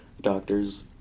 doctors